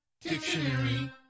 Dictionary